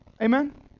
Amen